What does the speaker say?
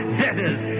debtors